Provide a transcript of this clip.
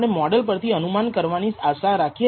તેથી આને હોમોસ્કેડસ્ટિસિટી ધારણા કહેવામાં આવે છે